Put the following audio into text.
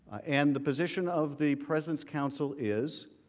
and the position of the president's counsel is,